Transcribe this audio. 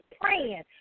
praying